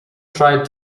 tried